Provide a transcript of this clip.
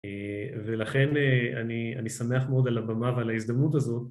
ולכן אני שמח מאוד על הבמה ועל ההזדמנות הזאת.